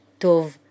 Tov